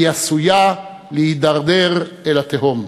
היא עשויה להתדרדר אל התהום.